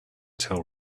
tell